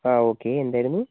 ആ ഓക്കേ എന്തായിരുന്നു